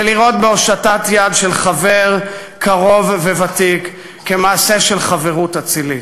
ולראות בהושטת יד של חבר קרוב וותיק מעשה של חברות אצילית.